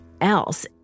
else